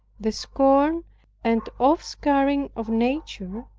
the scorn and offscouring of nature,